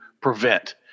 prevent